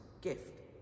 gift